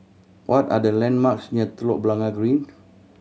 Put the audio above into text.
what are the landmarks near Telok Blangah Green